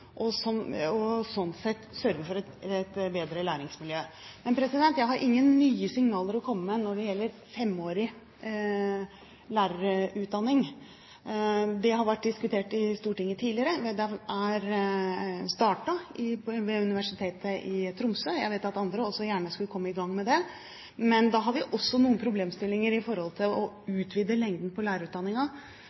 og sånn sett sørger for et bedre læringsmiljø. Jeg har ingen nye signaler å komme med når det gjelder femårig lærerutdanning. Det har vært diskutert i Stortinget tidligere. Det er startet opp ved Universitetet i Tromsø, og jeg vet at andre også gjerne skulle ha kommet i gang med det. Men vi har også noen problemstillinger i forhold til å utvide lengden på